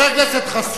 חבר הכנסת חסון,